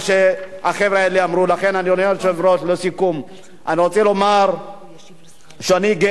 לסיכום אני רוצה לומר שאני גאה גם בהיותי יהודי,